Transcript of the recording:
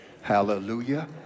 Hallelujah